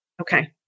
Okay